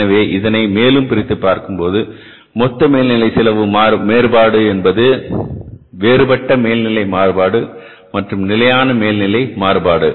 எனவே இதனை மேலும் பிரித்துப் பார்க்கும்போது மொத்த மேல்நிலை செலவு மாறுபாடு என்பது வேறுபட்ட மேல்நிலை மாறுபாடு மற்றும் நிலையான மேல்நிலை மாறுபாடு